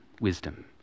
wisdom